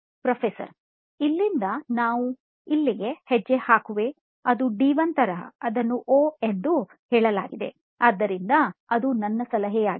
professor ಇಲ್ಲಿಂದ ನಾವು ಇಲ್ಲಿಗೆ ಹೆಜ್ಜೆ ಹಾಕುವೆ ಅದು ಡಿ 1 ತರಹ ಅದನ್ನು ಓಹ್ ಎಂದು ಹೇಳಲಾಗಿದೆ ಆದ್ದರಿಂದ ಅದು ನನ್ನ ಸಲಹೆಯಾಗಿದೆ